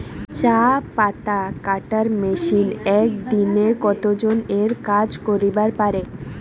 চা পাতা কাটার মেশিন এক দিনে কতজন এর কাজ করিবার পারে?